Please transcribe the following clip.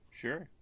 sure